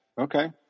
Okay